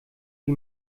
die